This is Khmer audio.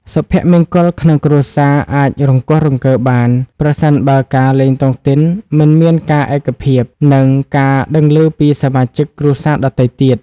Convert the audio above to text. សុភមង្គលក្នុងគ្រួសារអាចរង្គោះរង្គើបាន ប្រសិនបើការលេងតុងទីនមិនមានការឯកភាព និងការដឹងឮពីសមាជិកគ្រួសារដទៃទៀត។